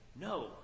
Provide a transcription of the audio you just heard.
no